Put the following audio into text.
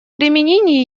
применений